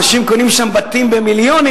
אנשים קונים שם בתים במיליונים,